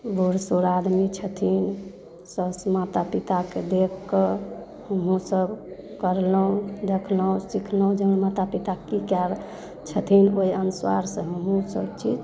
बूढ़ सूढ़ आदमी छथिन साउस माता पिताके देखकऽ हमहुँ सब करलहुँ देखलहुँ सीखलहुँ जे हमर माता पिता की कए रहल छथिन ओइ अनुस्वारसँ हमहुँ सब चीज